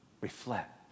reflect